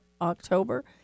October